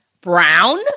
brown